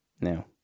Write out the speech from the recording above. Now